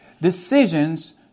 decisions